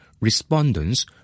respondents